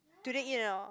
today in and out ah